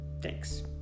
thanks